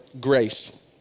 grace